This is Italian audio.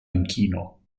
inchino